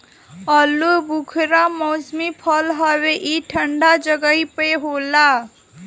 आलूबुखारा मौसमी फल हवे ई ठंडा जगही पे होला